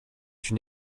une